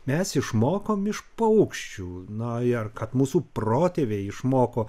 mes išmokom iš paukščių na ar kad mūsų protėviai išmoko